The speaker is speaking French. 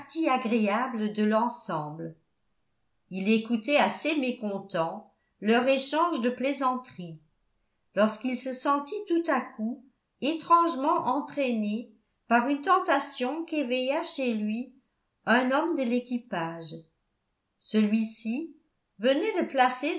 agréable de l'ensemble il écoutait assez mécontent leur échange de plaisanteries lorsqu'il se sentit tout à coup étrangement entraîné par une tentation qu'éveilla chez lui un homme de l'équipage celui-ci venait de placer